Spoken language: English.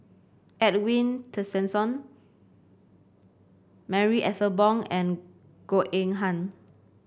Edwin Tessensohn Marie Ethel Bong and Goh Eng Han